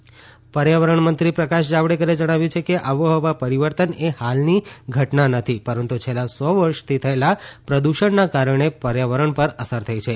Javadekar Paris કરાર પર્યાવરણ મંત્રી પ્રકાશ જાવડેકરે જણાવ્યું છે કે આબોહવા પરીવર્તન એ ફાલની ઘટના નથી પરંતુ છેલ્લા સો વર્ષથી થયેલા પ્રદુષણના કારણે પર્યાવરણ પર અસર થઇ છે